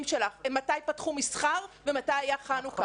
שלך: מתי פתחו מסחר ומתי היה חנוכה?